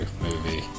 movie